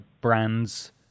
brands